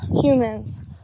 humans